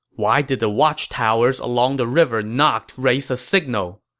why did the watchtowers along the river not raise a signal?